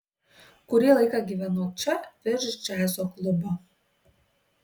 kurį laiką gyvenau čia virš džiazo klubo